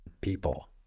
people